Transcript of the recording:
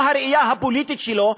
או הראייה הפוליטית שלו,